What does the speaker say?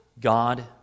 God